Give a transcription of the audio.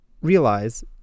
realize